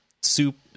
soup